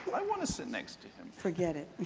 i wanna sit next to him. forget it.